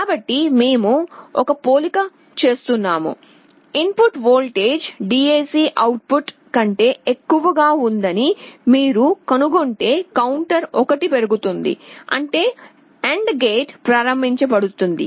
కాబట్టి మేము ఒక పోలిక చేస్తున్నాము input voltage DAC output కంటే ఎక్కువగా ఉందని మీరు కనుగొంటే కౌంటర్ 1 పెరుగుతుంది అంటే AND గేట్ ప్రారంభించబడింది